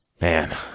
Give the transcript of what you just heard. Man